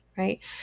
right